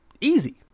Easy